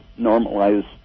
normalize